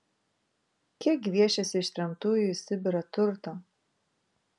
kiek gviešėsi ištremtųjų į sibirą turto